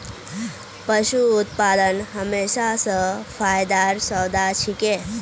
पशू उत्पादन हमेशा स फायदार सौदा छिके